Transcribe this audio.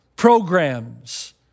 programs